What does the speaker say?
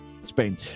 Spain